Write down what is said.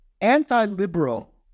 anti-liberal